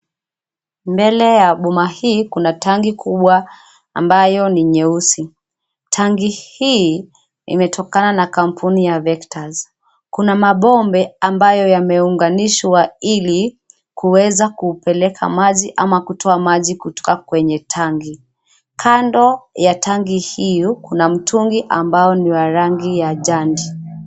Mbele ya boma hii kuna tanki kubwa ambayo ni nyeusi. Tanki hii imetokana na kampuni ya Vectus. Kuna mabomba ambayo yameunganishwa ilikuweza kupeleka maji ama kutoa maji kutoka kwenye tanki. Kando ya tanki hio kuna mtungi ambao ni wa rangi ya jandi.